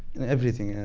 everything.